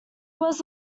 was